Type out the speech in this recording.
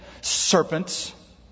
serpents